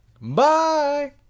Bye